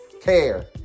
care